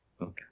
Okay